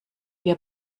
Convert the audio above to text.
wir